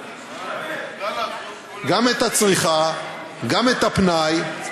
גם את הצריכה, גם את הפנאי.